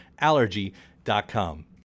Allergy.com